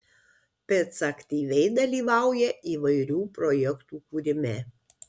pica aktyviai dalyvauja įvairių projektų kūrime